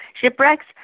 shipwrecks